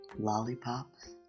Lollipops